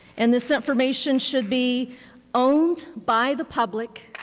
and this information should be owned by the public.